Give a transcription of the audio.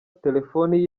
telefoni